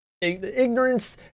ignorance